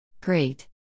Great